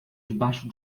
debaixo